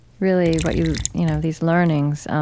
really what you you know these learnings.